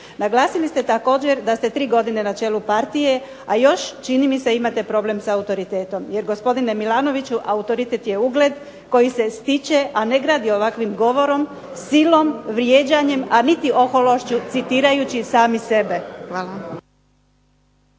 Naglasili ste također da ste tri godine na čelu partije, a još čini mi se imate problem sa autoritetom, jer gospodine Milanoviću autoritet je ugled koji se stiče, a ne gradi ovakvim govorom, silom, vrijeđanjem, a niti ohološću citirajući sami sebe. Hvala.